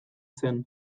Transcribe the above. zen